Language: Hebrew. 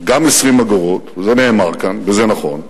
גם 20 אגורות, זה נאמר כאן, וזה נכון,